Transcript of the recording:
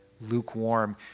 lukewarm